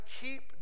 keep